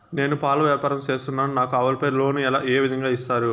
నేను పాల వ్యాపారం సేస్తున్నాను, నాకు ఆవులపై లోను ఏ విధంగా ఇస్తారు